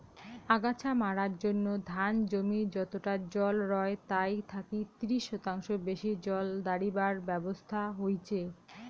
আগাছা মারার জইন্যে ধান জমি যতটা জল রয় তাই থাকি ত্রিশ শতাংশ বেশি জল দাড়িবার ব্যবছস্থা হইচে